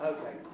Okay